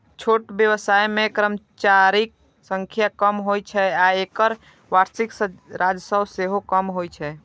छोट व्यवसाय मे कर्मचारीक संख्या कम होइ छै आ एकर वार्षिक राजस्व सेहो कम होइ छै